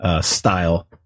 Style